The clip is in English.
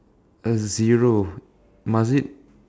a zero must it